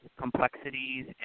complexities